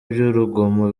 by’urugomo